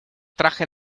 traje